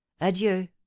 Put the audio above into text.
Adieu